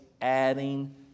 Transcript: adding